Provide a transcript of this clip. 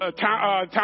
town